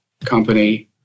company